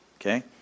Okay